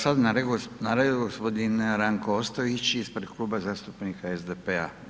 Sada je na redu gospodin Ranko Ostojić ispred Kluba zastupnika SDP-a.